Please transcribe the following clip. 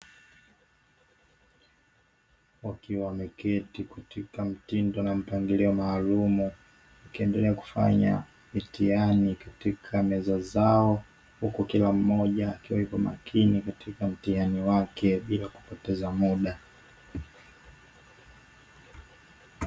Wakiwa wameketi katika mtindo na mpangilio maalumu wakiendelea kufanya mitihani katika meza zao, huku kila mmoja akiwa yuko makini katika mtihani wake bila kupoteza muda.